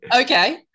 Okay